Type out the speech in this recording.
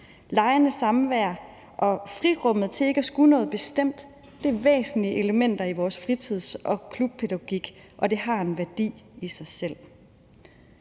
Legende samvær og frirummet til ikke at skulle noget bestemt er væsentlige elementer i vores fritids- og klubpædagogik, og det har en værdi i sig selv.